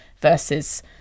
versus